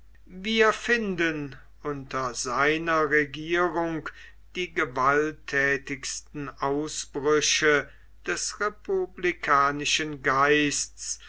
wir finden unter seiner regierung die gewaltthätigsten ausbrüche des republikanischen geists